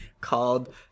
called